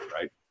right